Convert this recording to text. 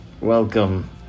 welcome